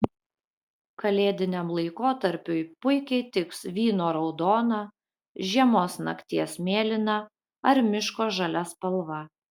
kalėdiniam laikotarpiui puikiai tiks vyno raudona žiemos nakties mėlyna ar miško žalia spalva